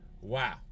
Wow